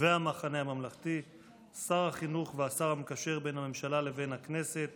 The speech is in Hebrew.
והמחנה הממלכתי שר החינוך והשר המקשר בין הממשלה לבין הכנסת